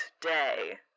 day